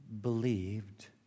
believed